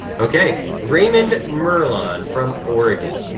okay, raymond merlon from oregon.